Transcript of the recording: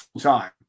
time